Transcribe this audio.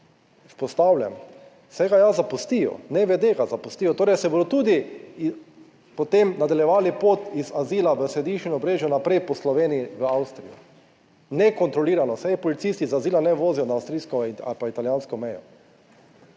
saj ga ja zapustijo, nevede ga zapustijo, torej se bodo tudi potem nadaljevali pot iz azila v / nerazumljivo/ naprej po Sloveniji v Avstrijo, nekontrolirano, saj policisti iz azila ne vozijo na avstrijsko ali pa italijansko mejo.